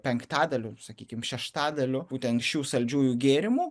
penktadaliu sakykim šeštadaliu būtent šių saldžiųjų gėrimų